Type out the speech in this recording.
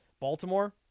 Baltimore